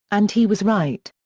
and he was right.